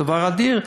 זה דבר אדיר.